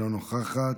אינה נוכחת,